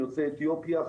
יוצאי אתיופיה,